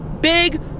Big